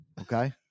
Okay